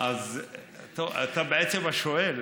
אתה בעצם השואל.